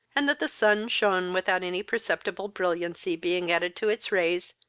and that the sun shone without any perceptible brilliancy being added to its rays,